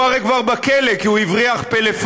הוא הרי כבר בכלא, כי הוא הבריח פלאפונים